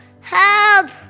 Help